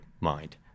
mind